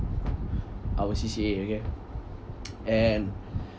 our C_C_A okay and